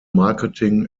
marketing